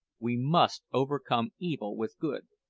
we must overcome evil with good